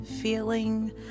feeling